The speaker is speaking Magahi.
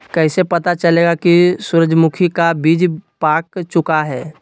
कैसे पता चलेगा की सूरजमुखी का बिज पाक चूका है?